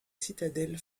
citadelle